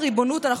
הכנסת,